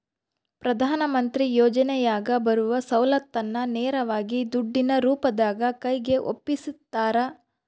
ಪ್ರಧಾನ ಮಂತ್ರಿ ಯೋಜನೆಯಾಗ ಬರುವ ಸೌಲತ್ತನ್ನ ನೇರವಾಗಿ ದುಡ್ಡಿನ ರೂಪದಾಗ ಕೈಗೆ ಒಪ್ಪಿಸ್ತಾರ?